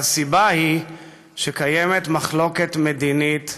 והסיבה היא שקיימת מחלוקת מדינית,